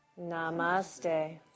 Namaste